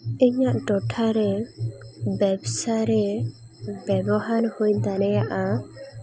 ᱤᱧᱟᱹᱜ ᱴᱚᱴᱷᱟᱨᱮ ᱵᱮᱵᱽᱥᱟ ᱨᱮ ᱵᱮᱵᱚᱦᱟᱨ ᱦᱩᱭ ᱫᱟᱲᱮᱭᱟᱜᱼᱟ